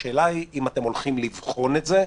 השאלה אם אתם הולכים לבחון את זה,